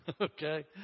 Okay